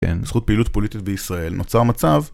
כן, בזכות פעילות פוליטית בישראל נוצר מצב